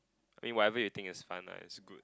I mean whatever you think it's fun lah it's good